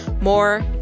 More